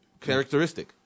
Characteristic